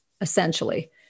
essentially